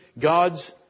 God's